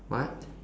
what